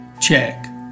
check